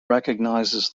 recognizes